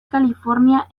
california